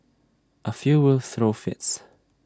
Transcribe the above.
A few will throw fits